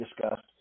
discussed